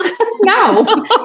No